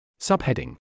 Subheading